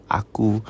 aku